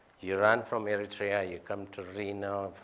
you run from eritrea. you come to reno.